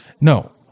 No